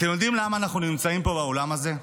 אתם יודעים למה אנחנו נמצאים פה באולם הזה?